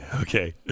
Okay